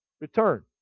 return